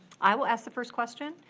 i will ask the first question.